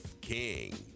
King